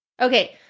Okay